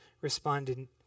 responded